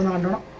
and and